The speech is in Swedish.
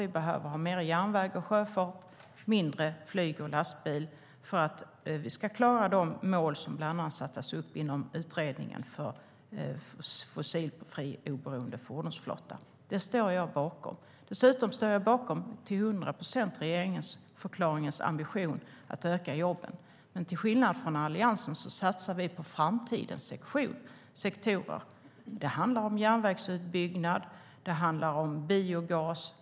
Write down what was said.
Vi behöver mer järnväg och sjöfart, mindre flyg och lastbil, för att vi ska klara de mål som bland annat satts upp av utredningen Fossiloberoende fordonsflotta. Den står jag bakom. Dessutom står jag till hundra procent bakom den ambition som framgick i regeringsförklaringen om att öka antalet jobb. Till skillnad från Alliansen satsar vi på framtidens sektorer. Det handlar om järnvägsutbyggnad och biogas.